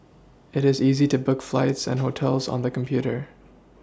it is easy to book flights and hotels on the computer